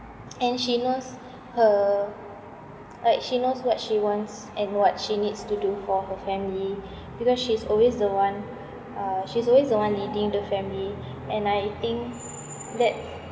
and she knows her like she knows what she wants and what she needs to do for her family because she's always the one uh she's always the one leading the family and I think that